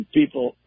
people